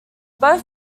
both